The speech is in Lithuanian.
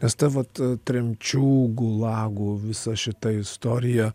nes ta vat tremčių gulagų visa šita istorija